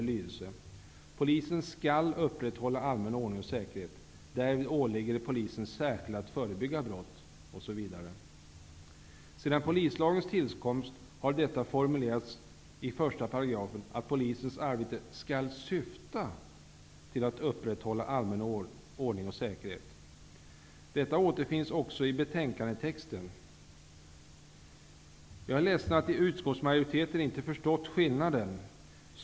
I polislagens 1 § har detta formulerats så att polisens arbete ''skall syfta till'' att upprätthålla allmän ordning och säkerhet. Detta återfinns också i betänkandetexten. Jag är ledsen att utskottsmajoriteten inte har förstått skillnaden.